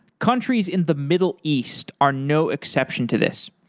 countries in the middle east are no exception to this.